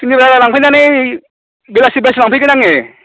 सुनिबाराव लांफैनानै बेलासि बेलासि लांफैगोन आङो